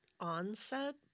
onset